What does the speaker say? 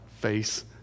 face